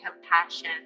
compassion